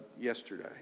yesterday